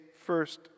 first